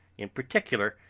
in particular,